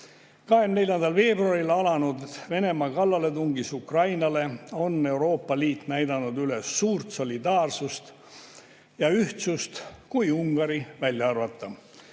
24. veebruaril alanud Venemaa kallaletungis Ukrainale on Euroopa Liit näidanud üles suurt solidaarsust ja ühtsust, kui Ungari välja arvata.